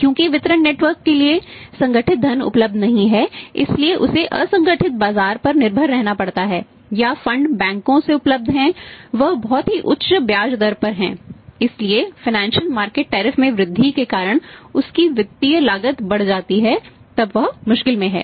क्योंकि वितरण नेटवर्क के लिए संगठित धन उपलब्ध नहीं है इसलिए उसे असंगठित बाजार पर निर्भर रहना पड़ता है या फंड में वृद्धि के कारण उसकी वित्तीय लागत बढ़ जाती है तब वह मुश्किल में है